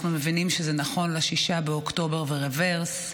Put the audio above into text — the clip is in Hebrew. אנחנו מבינים שזה נכון ל-6 באוקטובר ברברס,